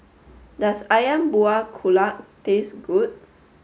does Ayam Buah Keluak taste good